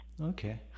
Okay